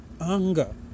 anger